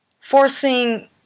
forcing